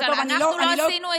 גם אנחנו עשינו.